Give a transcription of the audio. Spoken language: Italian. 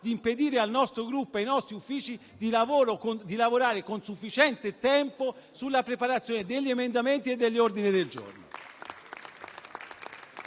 di impedire al nostro Gruppo, ai nostri uffici, di lavorare con sufficiente tempo alla preparazione degli emendamenti e degli ordini del giorno.